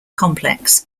complex